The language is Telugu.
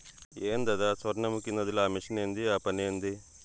ఏందద సొర్ణముఖి నదిల ఆ మెషిన్ ఏంది ఆ పనేంది